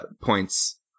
points